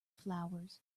flowers